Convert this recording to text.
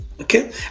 Okay